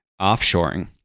offshoring